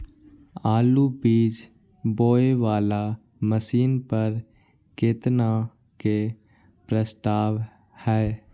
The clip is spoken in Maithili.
आलु बीज बोये वाला मशीन पर केतना के प्रस्ताव हय?